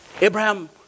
Abraham